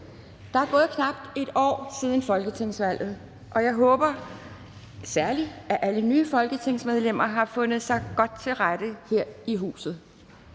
Der er gået knap et år siden folketingsvalget, og jeg håber særlig, at alle nye folketingsmedlemmer har fundet sig godt til rette her i huset,